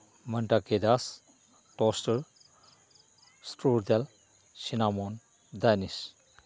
ꯃꯟꯇꯥꯀꯦꯗꯥꯁ ꯇꯣꯁꯇꯔ ꯏꯁꯇ꯭ꯔꯨꯗꯦꯜ ꯁꯤꯅꯥꯃꯣꯟ ꯗꯥꯅꯤꯁ